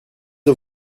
aux